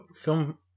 film